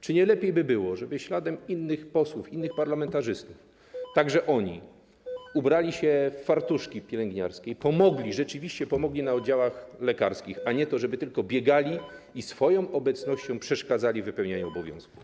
Czy nie lepiej by było, żeby śladem innych posłów, innych parlamentarzystów, także oni ubrali się w fartuszki pielęgniarskie i pomogli, rzeczywiście pomogli na oddziałach lekarskich, a nie tylko biegali i swoją obecnością przeszkadzali innym w wypełnianiu obowiązków?